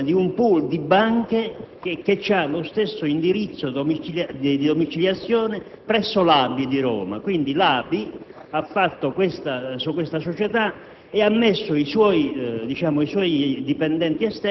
subito. Mi fa piacere che siano presenti il Ministro della giustizia ed un rappresentante del Ministro dell'economia. Abbiamo formulato un emendamento, spiegando che l'aumento dei mutui